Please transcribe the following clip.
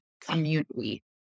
community